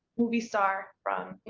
movie star from